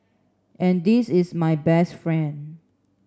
and this is my best friend